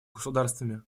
государствами